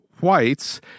whites